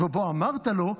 ובו אמרת לו,